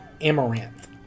amaranth